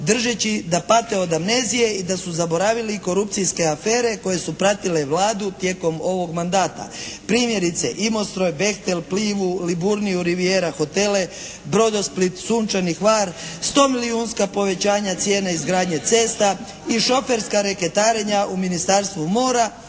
držeći da pate od amnezije i da su zaboravili korupcijske afere koje su pratile Vladu tijekom ovog mandata. Primjerice "Imostroj", "Bechtel", "Pliva-u", "Liburniju Riviera" hotele, "Brodosplit", "Sunčani Hvar", 100 milijunska povećanja cijene izgradnje cesta i šoferska reketarenja u Ministarstvu mora